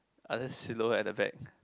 other silhouette at the back